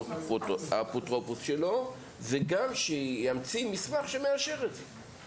האפוטרופוס שלו וגם ימציא מסמך שמאשר את זה.